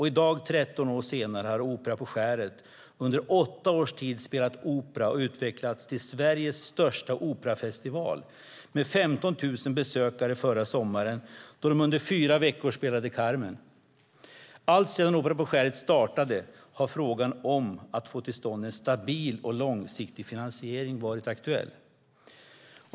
I dag, 13 år senare, har Opera på Skäret under åtta års tid spelat opera och utvecklats till Sveriges största operafestival med 15 000 besökare förra sommaren då de under fyra veckor spelade Carmen. Alltsedan Opera på Skäret startade har frågan om att få till stånd en stabil och långsiktig finansiering varit aktuell.